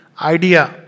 idea